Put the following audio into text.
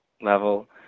level